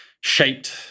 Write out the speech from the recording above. shaped